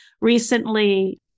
recently